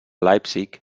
leipzig